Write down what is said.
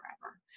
forever